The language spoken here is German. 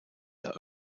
der